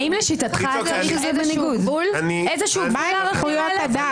האם לשיטתך צריך איזשהו גבול לערכים האלה?